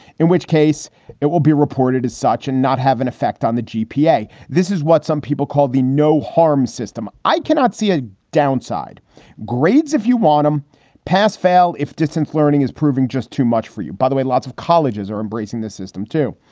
in which case it will be reported as such and not have an effect on the gpa. this is what some people called the no harm system. i cannot see a downside grades if you want them pass fail if distance learning is proving just too much for you. by the way, lots of colleges are embracing this system too.